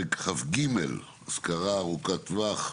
על סדר היום פרק כ"ג (השכרה ארוכת טווח)